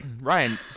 ryan